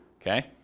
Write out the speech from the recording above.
Okay